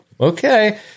okay